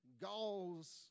goals